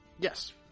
Yes